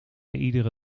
iedere